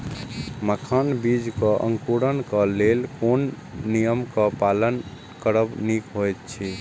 मखानक बीज़ क अंकुरन क लेल कोन नियम क पालन करब निक होयत अछि?